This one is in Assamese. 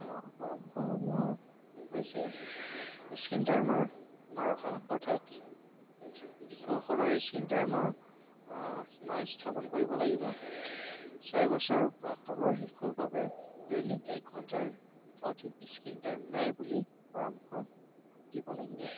পৰামৰ্শসমূহৰ হৈছে স্ক্ৰীণ টাইমাৰ সীমা ৰখা অৰ্থাৎ শিশুসকলৰ স্ক্ৰীণ টাইমৰ সীমা স্থাপন কৰিব লাগিব চাৰিবছৰ বা তলৰ শিশুৰ বাবে দৈনিক এক ঘণ্টাৰ অধিক স্ক্ৰীণ টাইম নাই বুলি পৰামৰ্শ দিব লাগিব